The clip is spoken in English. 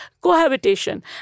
cohabitation